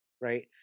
right